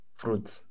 fruits